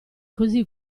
così